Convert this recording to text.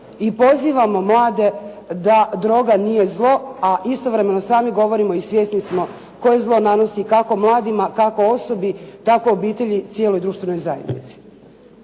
i pozivamo mlade da droga nije zlo, a istovremeno sami govorimo i svjesni koje zlo nanosi, kako mladima, kako osobi, tako obitelji i cijeloj društvenoj zajednici.